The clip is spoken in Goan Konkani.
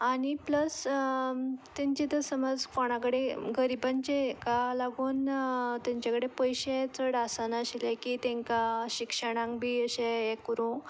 आनी प्लस तांच्यो त्यो समज कोणा कडेन गरिबांचे हाका लागून तांचे कडेन पयशे चड आसनाशिल्ले की तांकां शिक्षणांक बी अशें हें करूंक